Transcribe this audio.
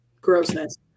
grossness